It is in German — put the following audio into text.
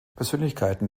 persönlichkeiten